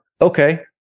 okay